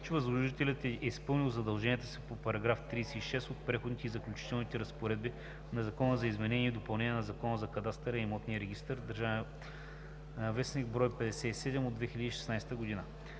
че възложителят е изпълнил задълженията си по § 36 от преходните и заключителните разпоредби на Закона за изменение и допълнение на Закона за кадастъра и имотния регистър (ДВ, бр. 57 от 2016 г.)